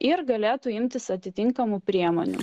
ir galėtų imtis atitinkamų priemonių